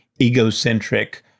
egocentric